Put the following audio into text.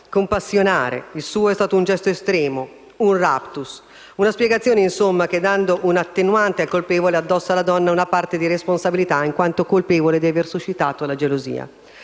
Il suo è stato un gesto estremo (un *raptus*). Una spiegazione, insomma, che dando una attenuante al colpevole, addossa alla donna una parte di responsabilità in quanto colpevole di avere suscitato la gelosia.